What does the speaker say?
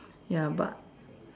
ya but